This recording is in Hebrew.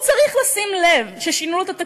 הוא צריך לשים לב ששינו לו את התקנון,